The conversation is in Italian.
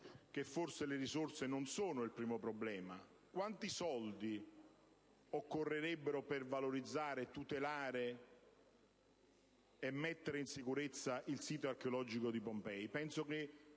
che, forse, le risorse non sono il primo problema. Quanti soldi occorrerebbero per valorizzare, tutelare e mettere in sicurezza il sito archeologico di Pompei?